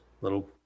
little